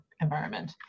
environment